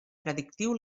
predictiu